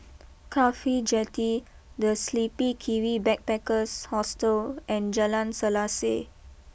Cafhi Jetty the Sleepy Kiwi Backpackers Hostel and Jalan Selaseh